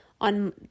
on